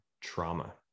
trauma